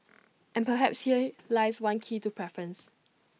and perhaps here lies one key to preference